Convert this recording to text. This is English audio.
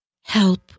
Help